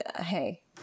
hey